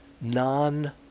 non